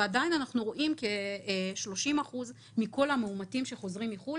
ועדיין אנחנו רואים כ-30% מכל המאומתים שחוזרים מחו"ל